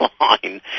line